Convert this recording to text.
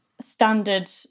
standard